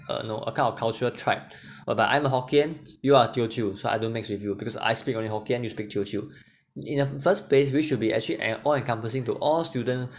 uh know a kind of cultural trapped whereby I'm hokkien you are teochew so I don't mix with you because I speak only hokkien you speak teochew in the first place we should be actually an all encompassing to all students